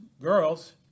girls